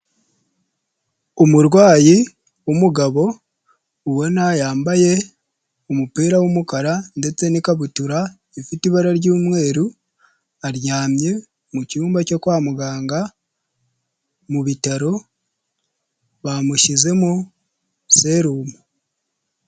Umurwayi w'umugabo ubona yambaye umupira w'umukara ndetse n'ikabutura ifite ibara ry'umweru, aryamye mu cyumba cyo kwa muganga mu bitaro bamushyizemo serumu.